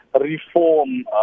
reform